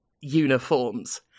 uniforms